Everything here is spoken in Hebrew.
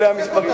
אלה המספרים.